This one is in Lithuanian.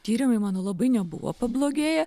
tyrimai mano labai nebuvo pablogėję